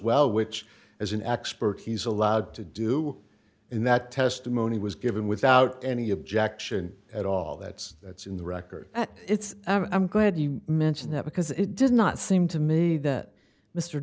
well which as an expert he's allowed to do in that testimony was given without any objection at all that's that's in the record it's i'm glad you mentioned that is it does not seem to me that mr